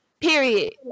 period